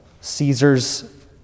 Caesar's